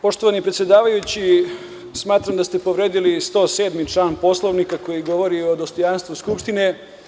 Poštovani predsedavajući, smatram da ste povredili 107. član Poslovnika koji govori o dostojanstvu Skupštine.